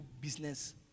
business